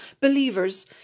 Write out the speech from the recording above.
believers